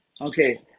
Okay